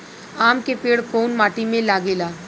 आम के पेड़ कोउन माटी में लागे ला?